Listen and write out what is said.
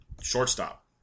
Shortstop